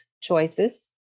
choices